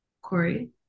Corey